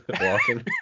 walking